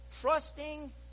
Trusting